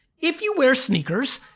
if you wear sneakers,